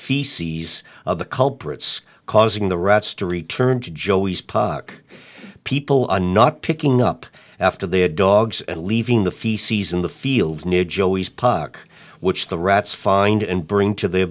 feces of the culprits causing the rats to return to joey's puck people are not picking up after their dogs and leaving the feces in the field near joey's puc which the rats find and bring to the